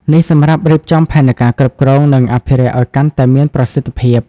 នេះសម្រាប់រៀបចំផែនការគ្រប់គ្រង និងអភិរក្សឱ្យកាន់តែមានប្រសិទ្ធភាព។